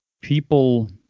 people